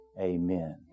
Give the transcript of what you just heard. amen